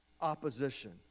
opposition